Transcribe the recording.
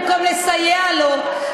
במקום לסייע לו,